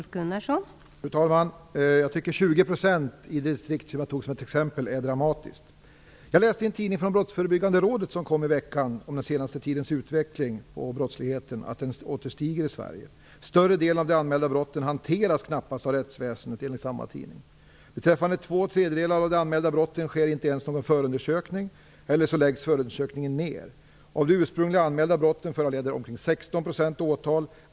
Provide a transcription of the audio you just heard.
Fru talman! Jag tycker att 20 % i det distrikt som jag tog som ett exempel är dramatiskt. Jag läste i en tidning från Brottsförebyggande rådet, som kom ut i veckan, om den senaste tidens utveckling av brottsligheten, att brottsligheten åter stiger i Sverige. Större delen av de anmälda brotten hanteras knappt av rättsväsendet, enligt samma tidning. Beträffande två tredjedelar av de anmälda brotten sker inte ens någon förundersökning eller så läggs förundersökningen ned. Av de ursprungligen anmälda brotten föranleder omkring 16 % åtal.